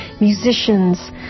musicians